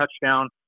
touchdown